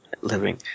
living